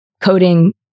coding